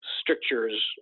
strictures